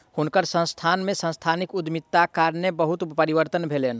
हुनकर संस्थान में सांस्थानिक उद्यमिताक कारणेँ बहुत परिवर्तन भेलैन